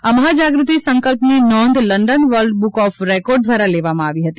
આ મહા જાગૃતિ સંકલ્પની નોંધ London world book of record દ્વારા લેવામાં આવી હતી